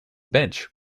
bench